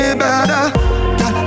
better